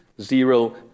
zero